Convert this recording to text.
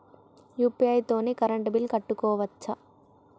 UPI తోని current bill కట్టుకోవచ్ఛా?